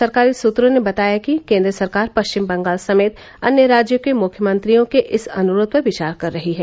सरकारी सूत्रों ने बताया कि केन्द्र सरकार पश्चिम बंगाल समेत अन्य राज्यों के मुख्यमंत्रियों के इस अनुरोध पर विचार कर रही है